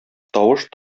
тавыш